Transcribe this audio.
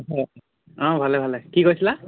অঁ ভালে ভালে কি কৈছিলা